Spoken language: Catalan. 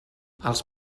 els